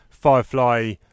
firefly